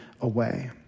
away